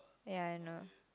ya I know